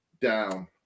down